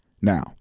now